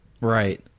right